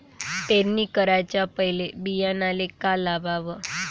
पेरणी कराच्या पयले बियान्याले का लावाव?